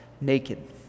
naked